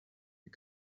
wie